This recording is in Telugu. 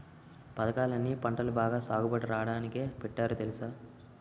పదకాలన్నీ పంటలు బాగా సాగుబడి రాడానికే పెట్టారు తెలుసా?